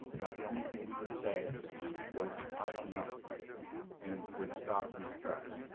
about the only thing he would say was i don't know and would stop in his tracks.